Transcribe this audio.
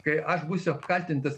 kai aš būsiu apkaltintas